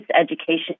education